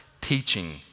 Teaching